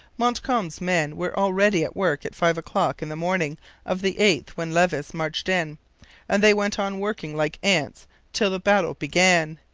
montcalm's men were already at work at five o'clock in the morning of the eighth when levis marched in and they went on working like ants till the battle began,